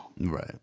Right